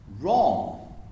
wrong